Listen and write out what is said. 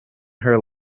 her